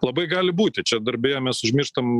labai gali būti čia dar beje mes užmirštam